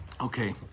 Okay